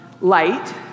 Light